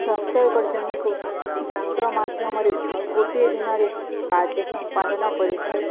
ଦଶ ଏକର ଜମିକୁ ଯନ୍ତ୍ର ମାଧ୍ୟମରେ ଗୋଟିଏ ଦିନରେ କାର୍ଯ୍ୟ ସମ୍ପାଦନ କରିଥାଏ